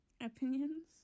Opinions